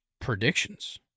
predictions